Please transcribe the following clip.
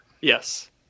Yes